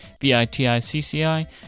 v-i-t-i-c-c-i